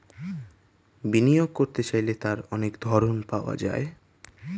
বিনিয়োগ করতে চাইলে তার অনেক ধরন পাওয়া যায়